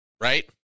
right